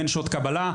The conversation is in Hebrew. אין שעות קבלה.